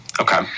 Okay